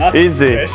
easy